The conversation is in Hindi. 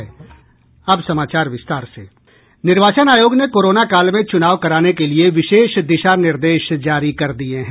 निर्वाचन आयोग ने कोरोना काल में चुनाव कराने के लिए विशेष दिशा निर्देश जारी कर दिये हैं